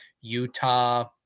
Utah